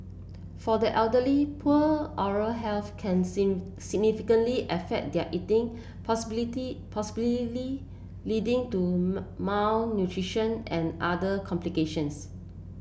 for the elderly poor oral health can significantly affect their eating possibility leading to malnutrition and other complications